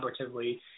collaboratively